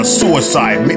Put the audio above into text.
suicide